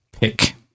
pick